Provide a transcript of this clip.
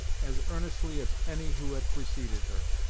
as earnestly as any who had preceded her.